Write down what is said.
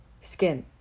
Skin